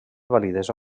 validesa